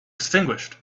extinguished